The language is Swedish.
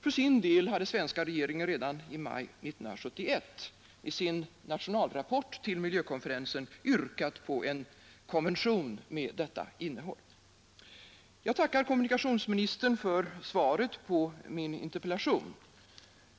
För sin del hade den svenska regeringen redan i maj 1971, i sin nationalrapport till miljökonferensen, yrkat på en konvention med detta innehåll. Jag tackar kommunikationsministern för svaret på min interpellation.